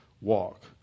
walk